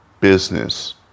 business